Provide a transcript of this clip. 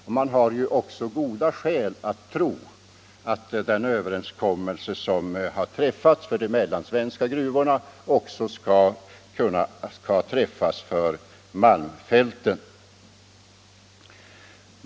Det finns också goda skäl att tro att den överenskommelse som har träffats för de mellansvenska gruvorna också skall träffas för Malmfälten i Norrland.